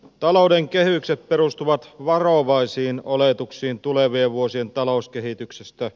talouden kehykset perustuvat varovaisiin oletuksiin tulevien vuosien talouskehityksestä